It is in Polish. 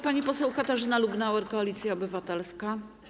Pani poseł Katarzyna Lubnauer, Koalicja Obywatelska.